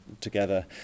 together